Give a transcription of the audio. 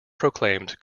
proclaimed